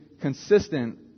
consistent